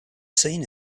seen